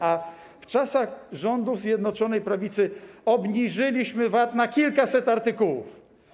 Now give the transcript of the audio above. A w czasach rządów Zjednoczonej Prawicy obniżyliśmy VAT na kilkaset artykułów.